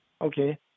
Okay